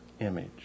image